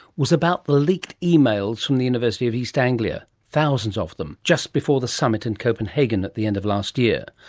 was about the leaked emails from the university of east anglia, thousands of them, just before the summit in copenhagen at the end of last year.